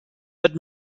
but